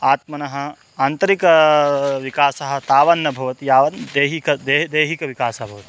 आत्मनः आन्तरिकविकासः तावन्न भवति यावत् दैहिकं देहः दैहिकविकासः भवति